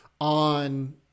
on